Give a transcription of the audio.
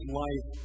life